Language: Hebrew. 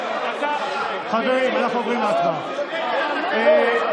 חברים, אנחנו עוברים להצבעה.